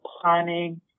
planning